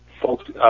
folks